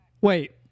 Wait